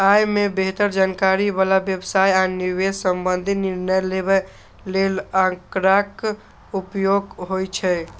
अय मे बेहतर जानकारी बला व्यवसाय आ निवेश संबंधी निर्णय लेबय लेल आंकड़ाक उपयोग होइ छै